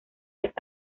las